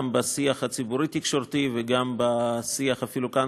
גם בשיח הציבורי-תקשורתי וגם בשיח אפילו כאן,